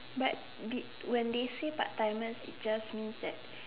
but did when they say part timers it just means that